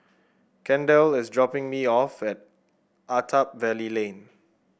Kendal is dropping me off at Attap Valley Lane